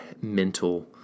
mental